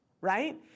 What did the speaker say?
right